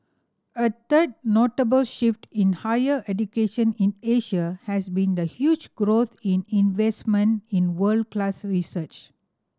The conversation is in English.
a third notable shift in higher education in Asia has been the huge growth in investment in world class research